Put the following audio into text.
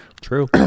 True